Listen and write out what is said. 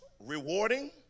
Rewarding